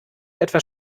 etwas